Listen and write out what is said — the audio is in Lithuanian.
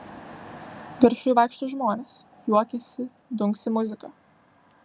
viršuj vaikšto žmonės juokiasi dunksi muzika